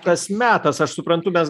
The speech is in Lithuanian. tas metas aš suprantu mes